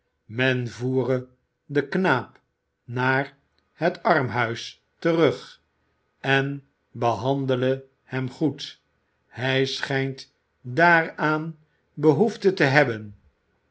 men voere den knaap naar het armhuis terug en behandele hem goed hij schijnt daaraan behoefte te hebben